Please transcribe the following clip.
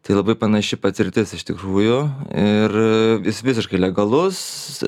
tai labai panaši patirtis iš tikrųjų ir jis visiškai legalus